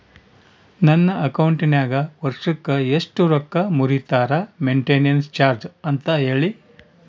ನನ್ನ ಅಕೌಂಟಿನಾಗ ವರ್ಷಕ್ಕ ಎಷ್ಟು ರೊಕ್ಕ ಮುರಿತಾರ ಮೆಂಟೇನೆನ್ಸ್ ಚಾರ್ಜ್ ಅಂತ ಹೇಳಿ?